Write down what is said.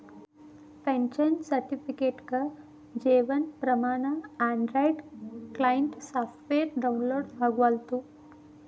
pension ಸರ್ಟಿಫಿಕೇಟ್ಗೆ Jeevan Pramaan Android client software download ಆಗವಲ್ತು